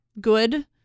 good